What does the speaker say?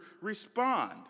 respond